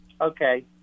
Okay